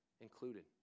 included